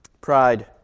Pride